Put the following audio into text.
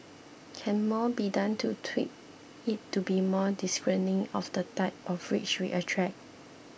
can more be done to tweak it to be more discerning of the type of rich we attract